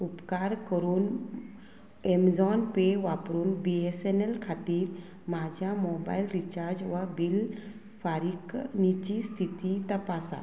उपकार करून Amazon Pay वापरून बी एस एन एल खातीर म्हाज्या मोबायल रिचार्ज वा बील फारीकणीची स्थिती तपासा